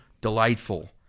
delightful